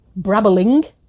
brabbling